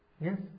Yes